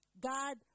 God